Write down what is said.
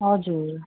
हजुर